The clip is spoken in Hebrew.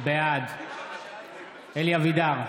בעד אלי אבידר,